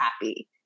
happy